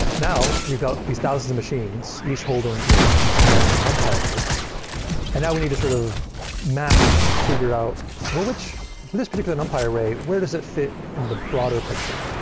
now, we've got these thousand machines each holding maybe ten numpy arrays and now we need to sort of map and figure out which for this particular numpy array, where does it fit in the broader picture?